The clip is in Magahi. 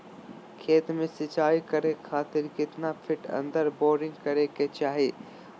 खेत में सिंचाई करे खातिर कितना फिट अंदर बोरिंग करे के चाही?